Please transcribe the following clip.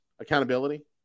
accountability